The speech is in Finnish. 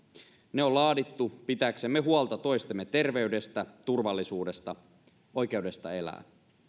ne on laadittu pitääksemme huolta toistemme terveydestä turvallisuudesta ja oikeudesta elää